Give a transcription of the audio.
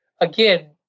again